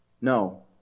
No